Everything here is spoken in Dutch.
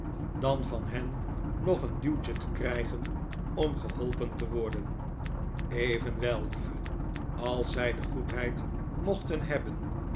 dan van hen nog een duwtje te krijgen om geholpen te worden evenwel lieve als zij de goedheid mochten hebben